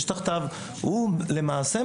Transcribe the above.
למעשה,